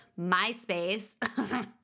MySpace